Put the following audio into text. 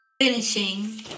finishing